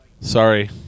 Sorry